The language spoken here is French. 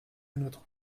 notre